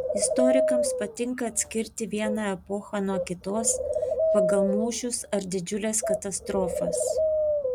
istorikams patinka atskirti vieną epochą nuo kitos pagal mūšius ar didžiules katastrofas